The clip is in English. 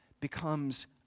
becomes